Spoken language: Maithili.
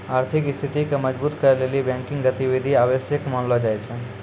आर्थिक स्थिति के मजबुत करै लेली बैंकिंग गतिविधि आवश्यक मानलो जाय छै